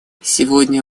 сегодня